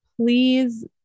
please